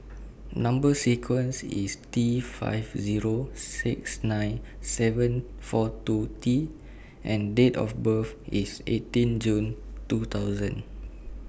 Number sequence IS T five Zero six nine seven four two T and Date of birth IS eighteen June two thousand